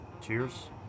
cheers